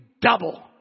double